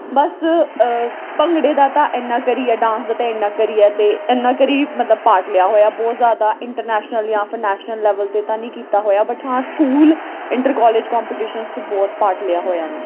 ਬਸ ਭੰਗੜੇ ਦਾ ਤਾਂ ਇੰਨਾ ਕਰੀ ਆ ਡਾਂਸ ਦਾ ਤਾਂ ਇੰਨਾ ਕਰੀ ਹੈ ਅਤੇ ਇੰਨਾ ਕਰੀ ਮਤਲਬ ਪਾਰਟ ਲਿਆ ਹੋਇਆ ਬਹੁਤ ਜ਼ਿਆਦਾ ਇੰਟਰਨੈਸ਼ਨਲ ਜਾਂ ਫਿਰ ਨੈਸ਼ਨਲ ਲੈਵਲ 'ਤੇ ਤਾਂ ਨਹੀਂ ਕੀਤਾ ਹੋਇਆ ਬਟ ਹਾਂ ਸਕੂਲ ਇੰਟਰ ਕੋਲਜ ਕੋਂਪੀਟੀਸ਼ਨਸ 'ਚ ਬਹੁਤ ਪਾਰਟ ਲਿਆ ਹੋਇਆ ਮੈਂ